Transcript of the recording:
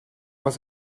was